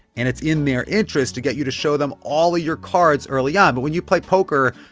and it's in their interest to get you to show them all your cards early on. but when you play poker,